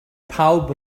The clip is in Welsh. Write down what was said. pawb